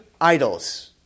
idols